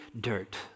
dirt